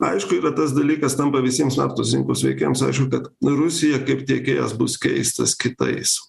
aišku yra tas dalykas tampa visiems naftos rinkos veikėjams aišku kad rusija kaip tiekėjas bus keistas kitais